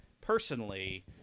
personally